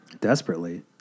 Desperately